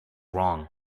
wrong